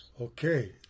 Okay